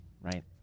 right